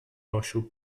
آشوب